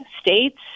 states